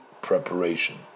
preparation